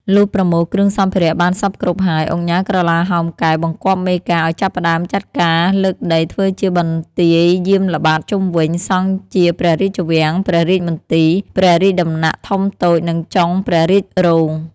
លុះប្រមូលគ្រឿងសម្ភារៈបានសព្វគ្រប់ហើយ ឧកញ៉ាក្រឡាហោម កែវ បង្គាប់មេការឲ្យចាប់ផ្ដើមចាត់ការលើកដីធ្វើជាបន្ទាយយាមល្បាតជុំវិញ សង់ជាព្រះរាជវាំង ព្រះរាជមន្ទីរ ព្រះរាជដំណាក់ធំតូចនិងចុងព្រះរាជរោង